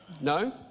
No